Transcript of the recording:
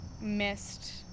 missed